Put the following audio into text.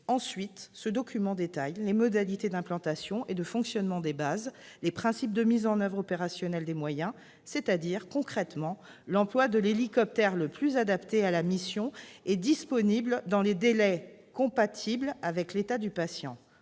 détaillera également les modalités d'implantation et de fonctionnement des bases, ainsi que les principes de mise en oeuvre opérationnelle des moyens, c'est-à-dire, concrètement, l'emploi de l'hélicoptère le plus adapté à la mission et disponible dans les délais compatibles avec l'état du patient.